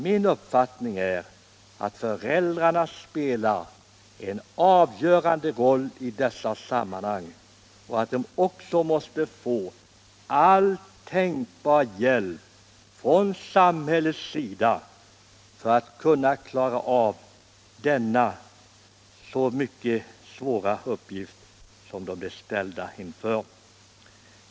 Min uppfattning är att föräldrarna spelar en avgörande roll i dessa sammanhang och att de också måste få all tänkbar hjälp från samhällets sida för att klara den mycket svåra uppgift som de ställs inför.